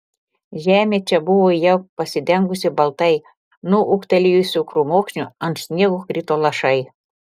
žemė čia buvo jau pasidengusi baltai nuo ūgtelėjusių krūmokšnių ant sniego krito lašai